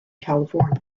california